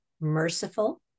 merciful